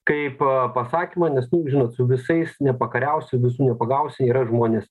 kaipo pasakymą nes žinot su visais nepakariausi visų nepagausi yra žmonės